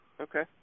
okay